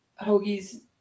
Hoagie's